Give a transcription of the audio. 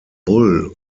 bull